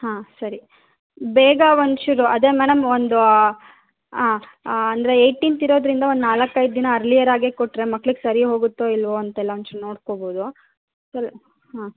ಹಾಂ ಸರಿ ಬೇಗ ಒಂಚೂರು ಅದೇ ಮೇಡಮ್ ಒಂದು ಆಂ ಅಂದರೆ ಏಯ್ಟೀನ್ತ್ ಇರೋದ್ರಿಂದ ಒಂದು ನಾಲ್ಕು ಐದು ದಿನ ಅರ್ಲಿಯರಾಗೇ ಕೊಟ್ಟರೆ ಮಕ್ಳಿಗೆ ಸರಿ ಹೋಗುತ್ತೋ ಇಲ್ಲವೋ ಅಂತೆಲ್ಲ ಒಂಚೂರು ನೋಡ್ಕೋಬೋದು ಸರಿ ಹಾಂ